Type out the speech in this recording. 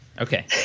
Okay